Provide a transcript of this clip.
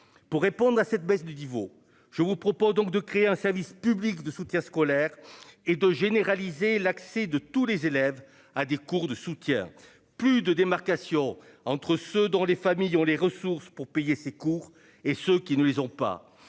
Pour répondre à cette baisse du niveau. Je vous propose donc de créer un service public de soutien scolaire et de généraliser l'accès de tous les élèves à des cours de soutien, plus de démarcation entre ceux dont les familles ont les ressources pour payer ses cours et ce qui ne les ont pas